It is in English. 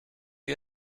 you